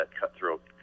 cutthroat